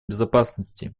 безопасности